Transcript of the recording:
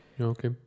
Okay